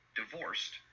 divorced